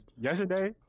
yesterday